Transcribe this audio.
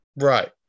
Right